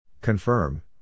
Confirm